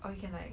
or you can like